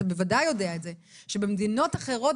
ואתה בוודאי יודע את זה: שבמדינות אחרות